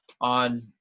on